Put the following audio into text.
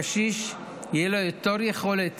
לקשיש תהיה יותר יכולת